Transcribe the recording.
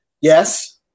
Yes